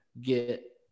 get